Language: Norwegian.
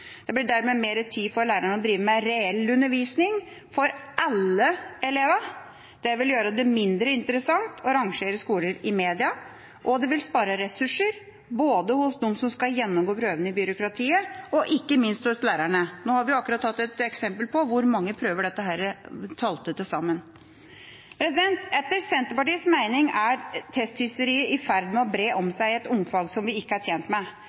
Det blir dermed mer tid for læreren til å drive med reell undervisning for alle elevene. For det andre vil det gjøre det mindre interessant å rangere skoler i media, og for det tredje vil det spare ressurser, både hos dem som skal gjennomgå prøvene i byråkratiet, og hos lærerne. Nå har vi akkurat hatt et eksempel på hvor mange prøver dette ble til sammen. Etter Senterpartiets mening er testhysteriet i ferd med å bre om seg i et omfang som vi ikke er tjent med.